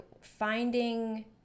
finding